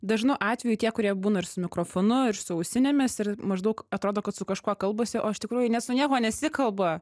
dažnu atveju tie kurie būna ir su mikrofonu ir su ausinėmis ir maždaug atrodo kad su kažkuo kalbasi o iš tikrųjų ne su niekuo nesikalba